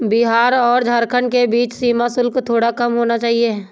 बिहार और झारखंड के बीच सीमा शुल्क थोड़ा कम होना चाहिए